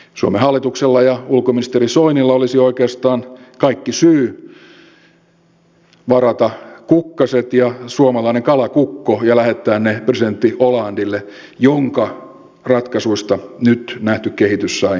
suomen hallituksella ja ulkoministeri soinilla olisi oikeastaan kaikki syy varata kukkaset ja suomalainen kalakukko ja lähettää ne presidentti hollandelle jonka ratkaisuista nyt nähty kehitys sai alkunsa